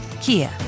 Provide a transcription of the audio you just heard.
Kia